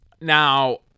Now